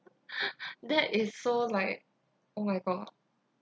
that is so like oh my god